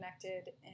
connected